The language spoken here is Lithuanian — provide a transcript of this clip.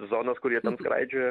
zonas kur jie ten skraidžioja